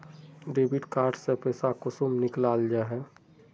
Debit card से पैसा कुंसम निकलाल जाहा?